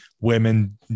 women